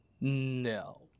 No